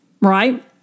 right